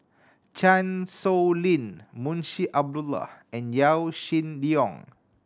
Chan Sow Lin Munshi Abdullah and Yaw Shin Leong